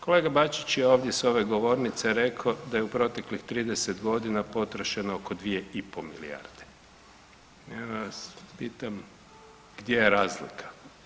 Kolega Bačić je ovdje s ove govornice rekao da je u proteklih 30.g. potrošeno oko 2,5 milijarde i ja vas pitam gdje je razlika?